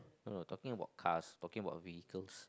oh no talking about cars talking vehicles